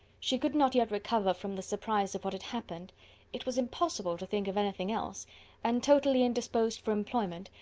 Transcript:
she could not yet recover from the surprise of what had happened it was impossible to think of anything else and, totally indisposed for employment,